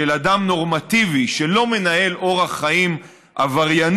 של אדם נורמטיבי שלא מנהל אורח חיים עברייני,